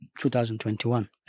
2021